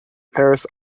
paris